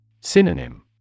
Synonym